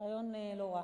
רעיון לא רע.